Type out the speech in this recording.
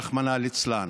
רחמנא ליצלן.